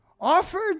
offered